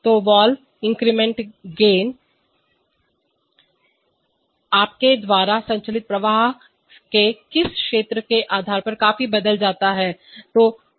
तो valve incremental gain आपके द्वारा संचालित प्रवाह के किस क्षेत्र के आधार पर काफी बदल जाता है